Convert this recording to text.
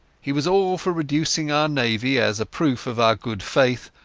he was all for reducing our navy as a proof of our good faith,